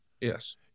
Yes